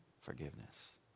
forgiveness